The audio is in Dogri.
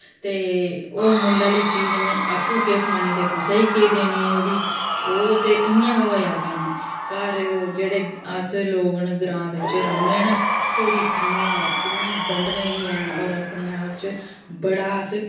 ते ओह् मुल्ल आह्ली चीज में आपूं केह् खानी ते कुसै गी केह् देनी ओह्दी ओह् ते इ'यां गै होएया कम्म घर जेह्ड़े अस लोग न ग्रांऽ बिच्च रौंह्ने न तोड़ी खन्ने न इन्नी बंड़ने बी ऐं होर अपने आप च बड़ा अस